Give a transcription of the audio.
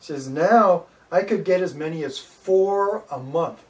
is now i could get as many as four a month